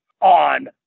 on